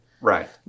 Right